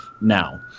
now